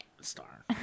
Star